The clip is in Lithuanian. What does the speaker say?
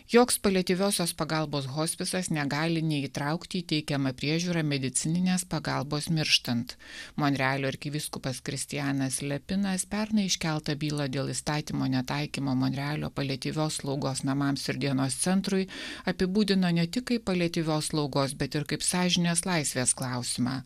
joks paliatyviosios pagalbos hospisas negali neįtraukti į teikiamą priežiūrą medicininės pagalbos mirštant monrealio arkivyskupas kristianas lepinas pernai iškeltą bylą dėl įstatymo netaikymo monrealio paliatyvios slaugos namams ir dienos centrui apibūdino ne tik kaip paliatyvios slaugos bet ir kaip sąžinės laisvės klausimą